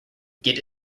get